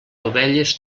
ovelles